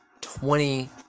Twenty-